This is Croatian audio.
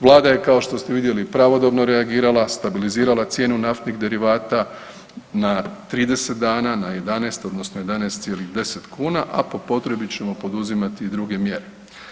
Vlada je kao što ste vidjeli, pravodobno reagirala, stabilizirala cijenu naftnih derivata na 30 dana, na 11 odnosno 11,10 kn a po potrebi ćemo poduzimati i druge mjere.